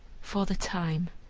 for the time,